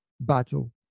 battle